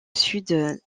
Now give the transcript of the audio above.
sud